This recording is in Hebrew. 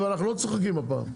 אנחנו לא צוחקים הפעם.